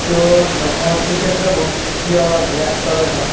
তেওঁৰ লগ মোৰ তেতিয়াৰ পৰাই বহুত প্ৰিয় এক্টৰ এজন